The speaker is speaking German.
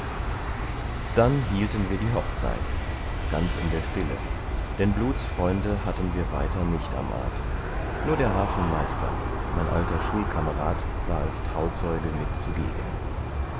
dann hielten wir die hochzeit ganz in der stille denn blutsfreunde hatten wir weiter nicht am ort nur der hafenmeister mein alter schulkamerad war als trauzeuge mit zugegen